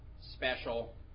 special